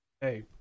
hey